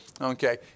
Okay